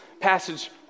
passage